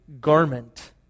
garment